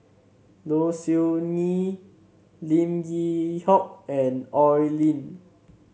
Low Siew Nghee Lim Yew Hock and Oi Lin